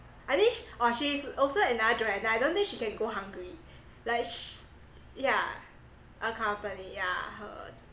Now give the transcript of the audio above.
I think sh~ oh she's also another joanna I don't think she can go hungry like sh~ yeah accompany yeah her